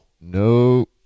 No